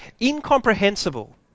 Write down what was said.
incomprehensible